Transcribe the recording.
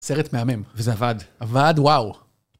סרט מהמם, וזה עבד, עבד וואו.